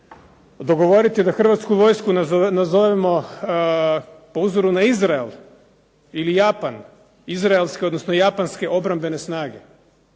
dogovoriti da Hrvatsku vojsku nazovemo po uzoru na Izrael ili Japan, izraelske, odnosno japanske obrambene snage.